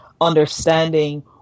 understanding